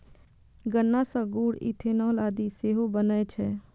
गन्ना सं गुड़, इथेनॉल आदि सेहो बनै छै